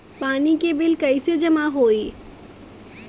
पानी के बिल कैसे जमा होयी?